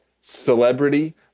celebrity